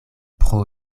pro